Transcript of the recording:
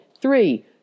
Three